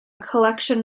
collection